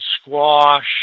squash